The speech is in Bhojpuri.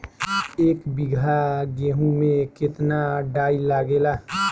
एक बीगहा गेहूं में केतना डाई लागेला?